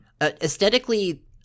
Aesthetically